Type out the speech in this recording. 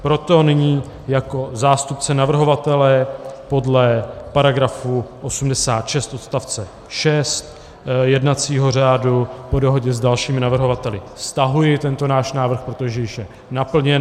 Proto nyní jako zástupce navrhovatele podle § 86 odst. 6 jednacího řádu po dohodě s dalšími navrhovateli stahuji tento náš návrh, protože již je naplněn.